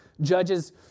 Judges